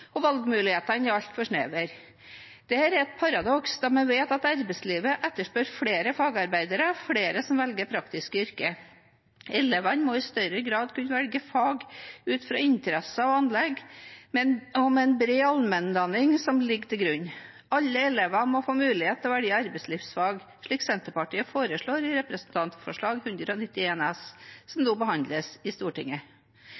Valgmulighetene er altfor snevre. Dette er et paradoks da vi vet at arbeidslivet etterspør flere fagarbeidere, flere som velger praktiske yrker. Elevene må i større grad kunne velge fag ut fra interesser og anlegg, og med en bred allmennutdanning som ligger til grunn. Alle elever må få mulighet til å velge arbeidslivsfag, slik Senterpartiet foreslår i Representantforslag 191 S for 2020–2021, som